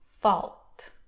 fault